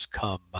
come